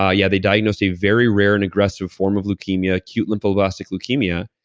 ah yeah they diagnose a very rare and aggressive form of leukemia, acute lymphoblastic leukemia,